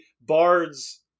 bard's